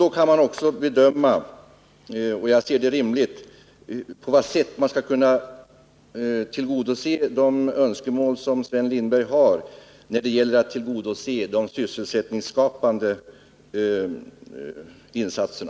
Då kan man också bedöma — och jag anser det också rimligt att så görs — på vilket sätt man kan uppfylla de önskemål som Sven Lindberg har när det gäller de sysselsättningsskapande insatserna.